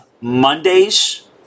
Mondays